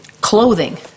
Clothing